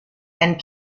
and